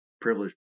privileged